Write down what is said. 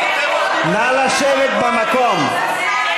נא לשבת במקום.